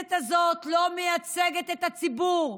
הכנסת הזאת לא מייצגת את הציבור,